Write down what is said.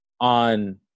on